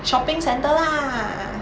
shopping centre lah